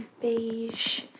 beige